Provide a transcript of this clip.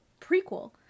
prequel